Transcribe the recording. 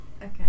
Okay